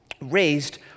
raised